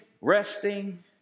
resting